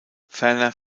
ferner